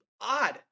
odd